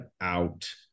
out